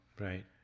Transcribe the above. Right